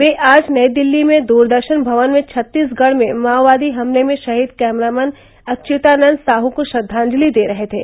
ये आज नई दिल्ली में दूरदर्शन भवन में छत्तीसगढ़ में माओवादी हमले में शहीद कैमरामैन अच्युतानन्दन साह को श्रद्वांजलि दे रहे थे